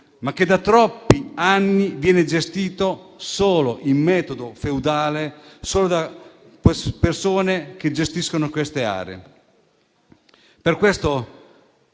ma che da troppi anni viene gestito con metodo feudale e solo dalle persone che gestiscono queste aree. Per questo